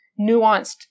nuanced